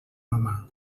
mamà